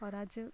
ਔਰ ਅੱਜ